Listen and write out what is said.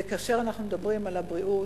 וכאשר אנחנו מדברים על הבריאות,